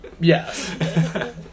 Yes